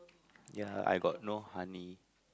ya I got no honey